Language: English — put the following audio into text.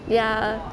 ya